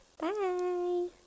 Bye